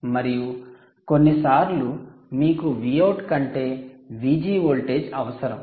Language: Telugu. మరియు కొన్ని సార్లు మీకు Vout కంటే VG వోల్టేజ్ అవసరం